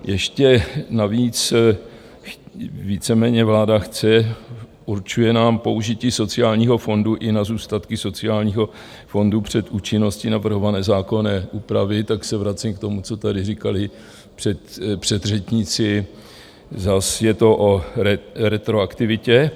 Ještě navíc víceméně vláda chce určuje nám použití sociálního fondu i na zůstatky sociálního fondu před účinnosti navrhované zákonné úpravy, tak se vracím k tomu, co tady říkali předřečníci, zas je to o retroaktivitě.